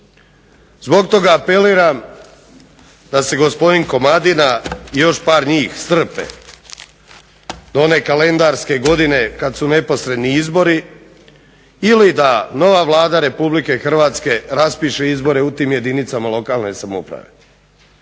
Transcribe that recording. Zbog toga apeliram da se gospodin Komadina i još par njih strpe do one kalendarske godine kad su neposredni izbori ili da nova Vlada Republike Hrvatske raspiše izbore u tim jedinicama lokalne samouprave.